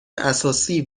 اساسی